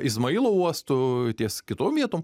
izmailo uostu ties kitom vietom